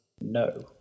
No